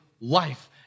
life